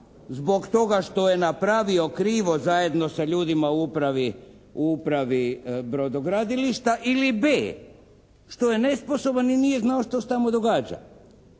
zbog toga što je napravio krivo zajedno sa ljudima u upravi brodogradilišta ili b) što je nesposoban i nije znao što se tamo događa.